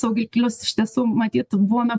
saugiklius iš tiesų matyt buvome